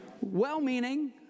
Well-meaning